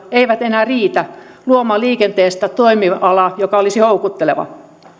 eivät enää riitä luomaan liikenteestä toimialaa joka olisi houkutteleva